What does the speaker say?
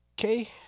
Okay